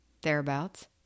thereabouts